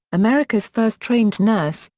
america's first trained nurse,